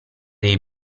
dei